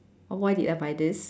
why did I buy this